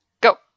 Go